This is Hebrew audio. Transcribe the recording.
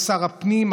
שר הפנים,